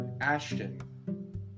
Ashton